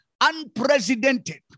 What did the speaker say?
unprecedented